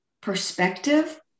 perspective